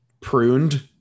pruned